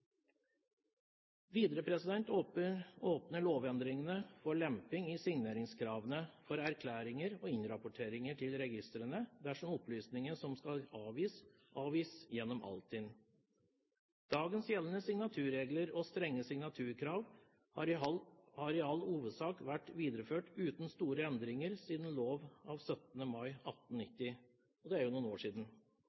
Videre åpner lovendringene for en lempning i signeringskravene for erklæringer og innrapporteringer til registrene, dersom opplysningene som skal avgis, avgis gjennom Altinn. Dagens gjeldende signaturregler og strenge signaturkrav har i all hovedsak vært videreført uten store endringer siden lov 17. mai